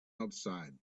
outside